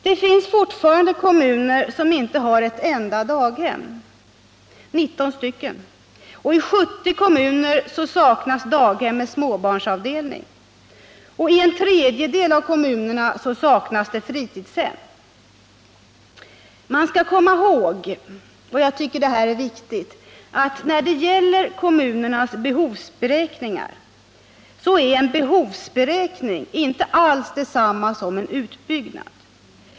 Det finns fortfarande kommuner som inte har ett enda daghem — 19 st. — och i 70 kommuner saknas daghem med småbarnsavdelning. I en tredjedel av kommunerna saknas fritidshem. Man skall komma ihåg — jag tycker det är viktigt — när det gäller kommunernas behovsberäkningar att en behovsberäkning inte alls är detsamma som utbyggnad.